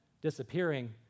disappearing